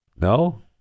No